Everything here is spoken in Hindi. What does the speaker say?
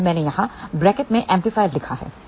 इसलिए मैंने यहाँ ब्रैकेट में एम्पलीफायर लिखा है